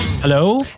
Hello